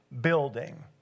building